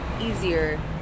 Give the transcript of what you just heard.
easier